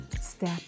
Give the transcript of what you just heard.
Step